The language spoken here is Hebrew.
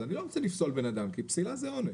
אני לא רוצה לפסול בן אדם, כי פסילה זה עונש.